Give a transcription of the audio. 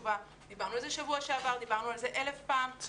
דיבנרו על זה בשבוע שעבר ודיברנו על כך פעמים רבות.